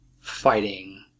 fighting